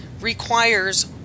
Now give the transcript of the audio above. requires